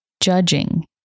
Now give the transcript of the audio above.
judging